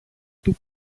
του